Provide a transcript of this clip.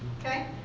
Okay